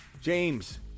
James